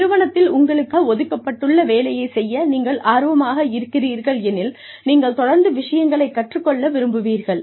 நிறுவனத்தில் உங்களுக்காக ஒதுக்கப்பட்டுள்ள வேலையைச் செய்ய நீங்கள் ஆர்வமாக இருக்கிறீர்கள் எனில் நீங்கள் தொடர்ந்து விஷயங்களை கற்றுக் கொள்ள விரும்புவீர்கள்